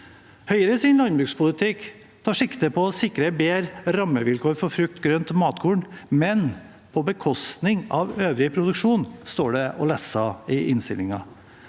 Høyres landbrukspolitikk tar sikte på å sikre bedre rammevilkår for frukt, grønt og matkorn, men «på bekostning av øvrig produksjon», står det å lese i innstillingen.